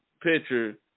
picture